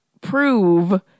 prove